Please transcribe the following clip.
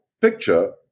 picture